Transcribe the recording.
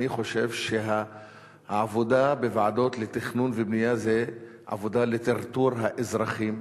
אני חושב שהעבודה בוועדות לתכנון ובנייה היא לטרטור האזרחים: